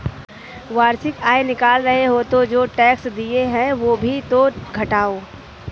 वार्षिक आय निकाल रहे हो तो जो टैक्स दिए हैं वो भी तो घटाओ